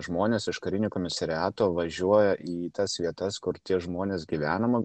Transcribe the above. žmonės iš karinio komisariato važiuoja į tas vietas kur tie žmonės gyvenama